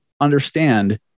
understand